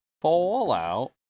Fallout